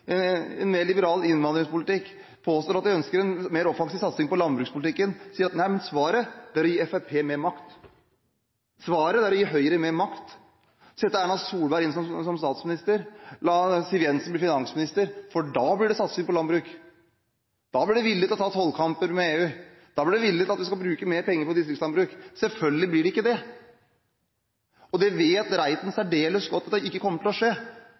en mer liberal innvandringspolitikk, og påstår at de ønsker en mer offensiv satsing på landbrukspolitikken, mener at svaret er å gi Fremskrittspartiet og Høyre mer makt – sette Erna Solberg inn som statsminister, la Siv Jensen bli finansminister, for da blir det satsing på landbruk, da blir det vilje til å ta tollkamper med EU, da blir det vilje til at vi skal bruke mer penger på distriktslandbruk. Selvfølgelig blir det ikke det. Det vet Reiten særdeles godt ikke kommer til å skje.